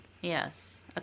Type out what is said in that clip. Yes